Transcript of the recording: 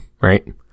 right